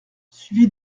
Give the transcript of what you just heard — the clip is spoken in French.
suivi